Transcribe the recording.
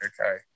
okay